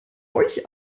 euch